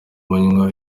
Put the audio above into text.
manywa